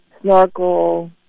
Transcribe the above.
snorkel